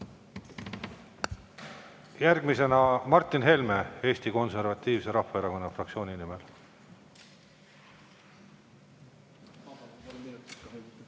Järgmisena Martin Helme Eesti Konservatiivse Rahvaerakonna fraktsiooni nimel.